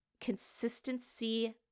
Consistency